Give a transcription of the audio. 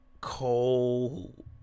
cole